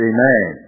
Amen